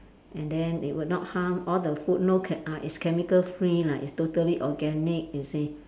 and then it would not harm all the food no chem~ uh it's chemical free lah it's totally organic you see